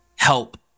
help